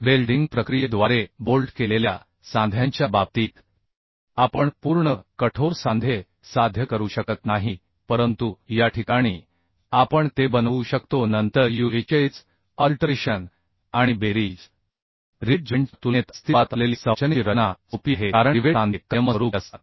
welding प्रक्रियेद्वारे bolt केलेल्या सांध्यांच्या बाबतीत आपण पूर्ण कठोर सांधे साध्य करू शकत नाही परंतु या ठिकाणी आपण ते बनवू शकतो नंतर अल्टरेशन आणि बेरीज रिवेट जॉइंट च्या तुलनेत अस्तित्वात असलेली संरचनेची रचना सोपी आहे कारण रिवेट सांधे कायमस्वरूपी असतात